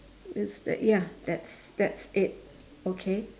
it's the ya that's that's it okay